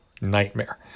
nightmare